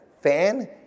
fan